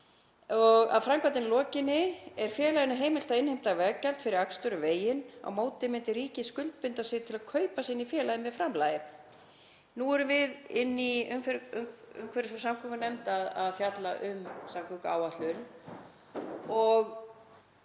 […] Að framkvæmdinni lokinni er félaginu heimilt að innheimta veggjald fyrir akstur um veginn og á móti myndi ríkið skuldbinda sig til að „kaupa“ sig inn í félagið með framlagi …“ Nú erum við í umhverfis- og samgöngunefnd að fjalla um samgönguáætlun og